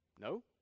No